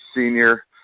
senior